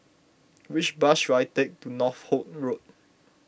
which bus should I take to Northolt Road